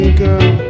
girl